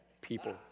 people